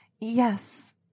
yes